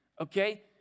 okay